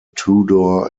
tudor